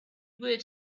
would